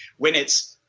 when it's,